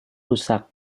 rusak